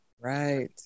Right